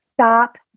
Stop